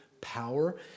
power